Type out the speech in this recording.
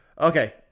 Okay